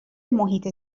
محیط